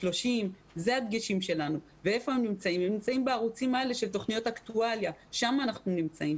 הם נמצאים בערוצים של תוכניות האקטואליה ששם אנחנו נמצאים.